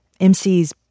MCs